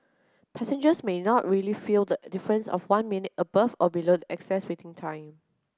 passengers may not really feel the difference of one minute above or below the excess waiting time